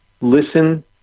listen